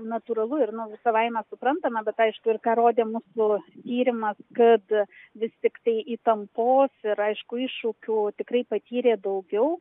natūralu ir nu savaime suprantama bet aišku ir ką rodė mūsų tyrimas kad vis tiktai įtampos ir aišku iššūkių tikrai patyrė daugiau